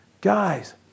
Guys